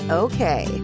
okay